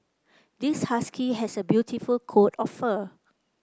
this husky has a beautiful coat of fur